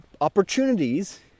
opportunities